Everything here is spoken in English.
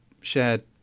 shared